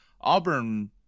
Auburn